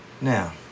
Now